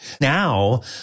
now